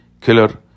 killer